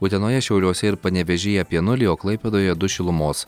utenoje šiauliuose ir panevėžyje apie nulį o klaipėdoje du šilumos